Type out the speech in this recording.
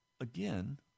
Again